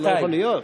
זה לא יכול להיות.